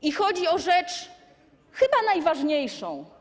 I chodzi o rzecz chyba najważniejszą.